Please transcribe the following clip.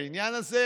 בעניין הזה,